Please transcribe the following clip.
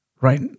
right